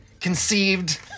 conceived